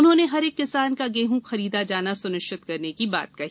उन्होंने हर एक किसान का गेहूँ खरीदा जाना सुनिश्चित करने की बात कही